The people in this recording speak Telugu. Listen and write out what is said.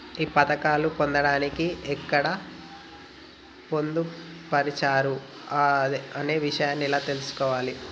ఈ పథకాలు పొందడానికి ఎక్కడ పొందుపరిచారు అనే విషయాన్ని ఎలా తెలుసుకోవాలి?